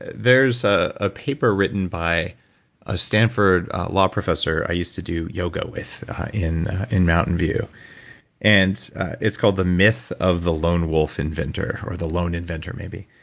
there's ah a paper written by a stanford law professor i used to do yoga with in in mountain view and it's called the myth of the lone wolf inventor, or the loan inventor maybe,